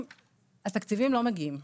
והתקציבים לא מגיעים.